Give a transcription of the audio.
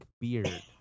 beard